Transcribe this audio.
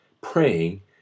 praying